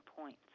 points